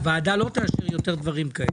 הוועדה לא תאשר יותר דברים כאלה.